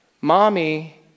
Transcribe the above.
mommy